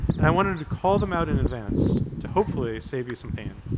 and i wanted to call them out in advance to hopefully save you some pain.